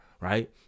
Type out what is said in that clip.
right